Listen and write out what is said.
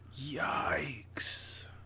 yikes